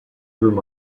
through